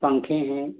पंखें हैं